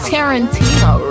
Tarantino